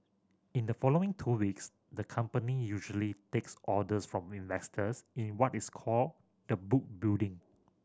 in the following two weeks the company usually takes orders from investors in what is called the book building